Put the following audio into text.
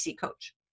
coach